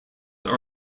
are